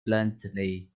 bluntly